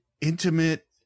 intimate